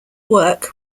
work